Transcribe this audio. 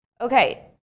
Okay